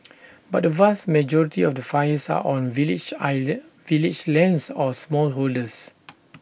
but the vast majority of the fires are on village island village lands or smallholders